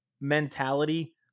mentality